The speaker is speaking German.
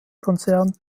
konzern